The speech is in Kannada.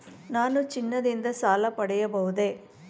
ನಾನು ಚಿನ್ನದಿಂದ ಸಾಲ ಪಡೆಯಬಹುದೇ?